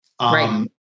Right